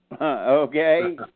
Okay